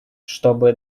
чтобы